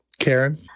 Karen